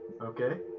okay